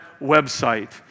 website